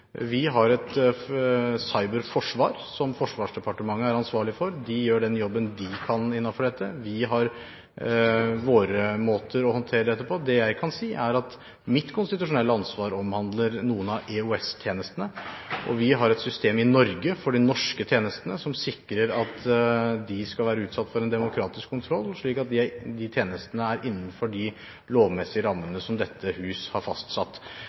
Vi har et cyberforsvar som Forsvarsdepartementet er ansvarlig for. De gjør den jobben de kan innenfor dette. Vi har våre måter å håndtere dette på. Det jeg kan si, er at mitt konstitusjonelle ansvar omhandler noen av EOS-tjenestene, og vi har et system i Norge for de norske tjenestene som sikrer at de skal være utsatt for en demokratisk kontroll, slik at de tjenestene er innenfor de lovmessige rammene som dette hus har fastsatt.